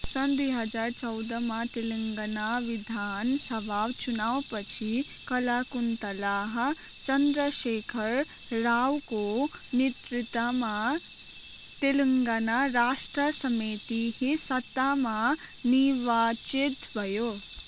सन् दुई हजार चौधमा तेलङ्गाना विधान सभाव चुनाव पछि कलाकुन्तलाह चन्द्रसेखर रावको नेतृत्वमा तेलुङ्गाना राष्ट्र समिति सत्तामा निर्वाचित भयो